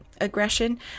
aggression